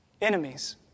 Enemies